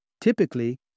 Typically